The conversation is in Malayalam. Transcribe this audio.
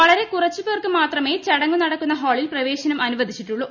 വ്ളരെ കുറച്ചപേർക്ക് മാത്രമേ ചടങ്ങ് നടക്കുന്ന ഹാളിൽ പ്രവേശനം അനുവദിച്ചിട്ടുഉള്ളു